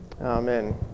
amen